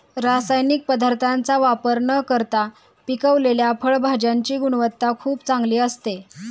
रासायनिक पदार्थांचा वापर न करता पिकवलेल्या फळभाज्यांची गुणवत्ता खूप चांगली असते